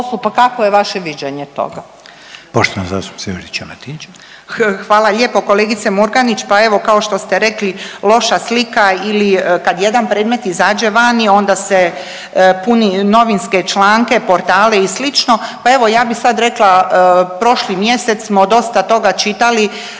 pa kakvo je vaše viđenje toga?